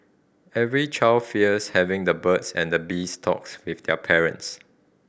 every child fears having the birds and the bees talk with their parents